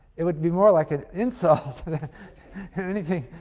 it would be more like an insult than anything.